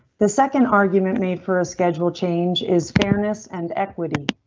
the second argument made for a schedule, changes fairness and equity.